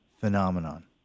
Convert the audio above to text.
phenomenon